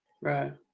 Right